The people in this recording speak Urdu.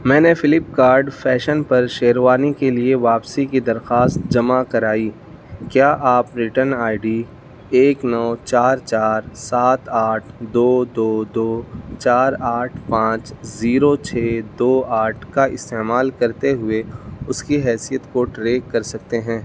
میں نے فلپ کارٹ فیشن پر شیروانی کے لیے واپسی کی درخواست جمع کرائی کیا آپ ریٹرن آئی ڈی ایک نو چار چار سات آٹھ دو دو دو چار آٹھ پانچ زیرو چھ دو آٹھ کا استعمال کرتے ہوئے اس کی حیثیت کو ٹریک کر سکتے ہیں